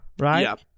Right